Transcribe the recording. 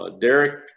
Derek